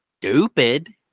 stupid